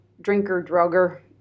drinker-drugger